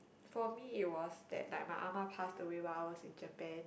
for me it was that like my ah ma passed away while I was in Japan